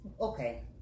okay